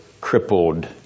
crippled